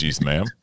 ma'am